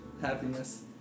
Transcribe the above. Happiness